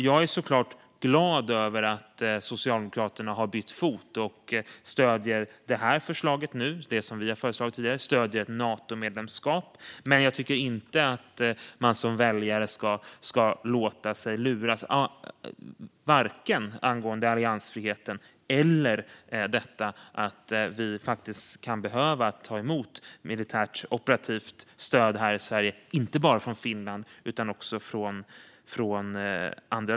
Jag är såklart glad över att Socialdemokraterna har bytt fot och nu stöder detta förslag, som vi tidigare lagt fram, liksom Natomedlemskap. Men jag tycker inte att man som väljare ska låta sig luras, vare sig angående alliansfriheten eller att vi kan behöva ta emot militärt operativt stöd här i Sverige från andra länder än bara Finland.